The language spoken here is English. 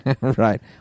Right